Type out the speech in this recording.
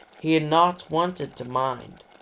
he had not wanted to mind,